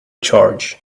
charge